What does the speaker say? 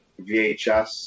VHS